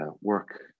work